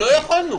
לא יכולנו.